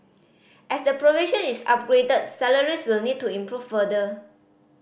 as the profession is upgraded salaries will need to improve further